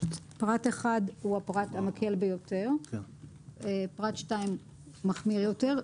פרט אחד הוא הפרט המקל ביותר, פרט 2 מחמיר יותר.